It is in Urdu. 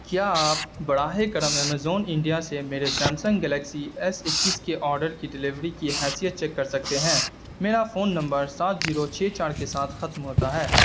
کیا آپ براہ کرم ایمیزون انڈیا سے میرے سیمسنگ گلیکسی ایس اکیس کے آڈر کی ڈیلیوری کی حیثیت چیک کر سکتے ہیں میرا فون نمبر سات زیرو چھ چار کے ساتھ ختم ہوتا ہے